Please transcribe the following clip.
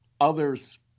others